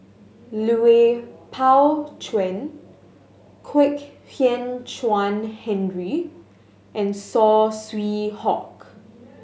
Lui Pao Chuen Kwek Hian Chuan Henry and Saw Swee Hock